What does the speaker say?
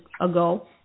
ago